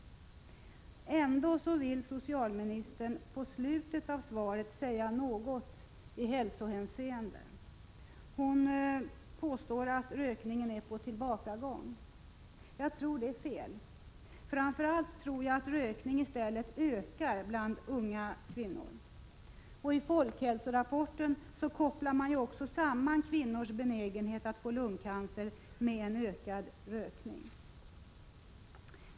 Ändå vill socialministern i slutet av svaret säga något i hälsohänseende. Hon påstår att rökningen är på tillbakagång. Jag tror att det är fel. Framför allt tror jag att rökning i stället ökar bland unga kvinnor. I folkhälsorapporten kopplar man också samman kvinnors benägenhet att få lungcancer med en ökad rökning.